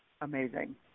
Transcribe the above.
amazing